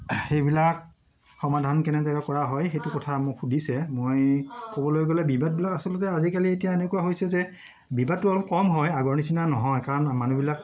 সেইবিলাক সমাধান কেনেদৰে কৰা হয় সেইটো কথা মোক সুধিছে মই ক'বলৈ গ'লে বিবাদবিলাক আচলতে আজিকালি এতিয়া এনেকুৱা হৈছে যে বিবাদটো অলপ কম হয় আগৰ নিচিনা নহয় কাৰণ মানুহবিলাক